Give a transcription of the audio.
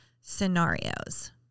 scenarios